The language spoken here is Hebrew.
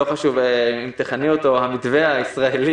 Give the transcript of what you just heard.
לא חשוב אם תכני אותו "המתווה הישראלי",